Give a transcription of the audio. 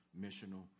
missional